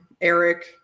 Eric